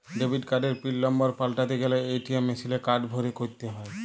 debit কার্ডের pin number পাল্টাতে গ্যালে এ.টি.এম মেশিলে কার্ড ভরে ক্যরতে হ্য়য়